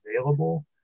available